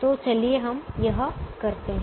तो चलिए हम यह करते हैं